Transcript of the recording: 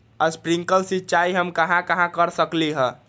Sprinkle सिंचाई हम कहाँ कहाँ कर सकली ह?